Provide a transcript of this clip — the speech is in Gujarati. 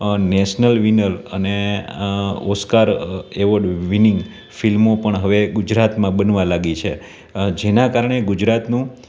નેશનલ વિનર અને ઓસ્કાર એવોર્ડ વિનિંગ ફિલ્મો પણ હવે ગુજરાતમાં બનવાં લાગી છે જેનાં કારણે ગુજરાતનું